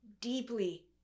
deeply